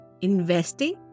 investing